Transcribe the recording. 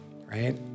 Right